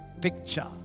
picture